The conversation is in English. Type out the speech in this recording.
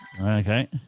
Okay